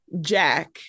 Jack